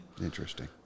Interesting